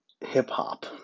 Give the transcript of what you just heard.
hip-hop